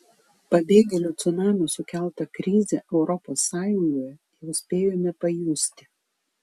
pabėgėlių cunamio sukeltą krizę europos sąjungoje jau spėjome pajusti